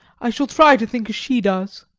i shall try to think as she does.